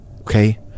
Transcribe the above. okay